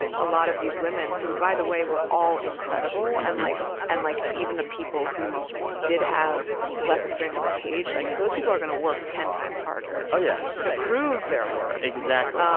a lot of these women who, by the way, were all incredible and, like and like, even the people who did have less experience on the page, like, those people are going to work ten times harder oh, yeah. to prove their worth exactly.